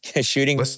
Shooting